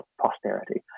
posterity